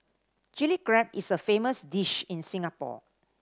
Chilli Crab is a famous dish in Singapore